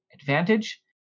advantage